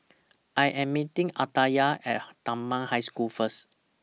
I Am meeting Aditya At Dunman High School First